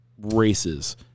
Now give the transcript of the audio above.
races